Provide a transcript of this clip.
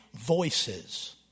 voices